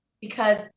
Because-